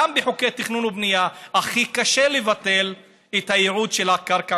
גם בחוקי תכנון ובנייה הכי קשה לבטל את הייעוד של הקרקע